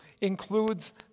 includes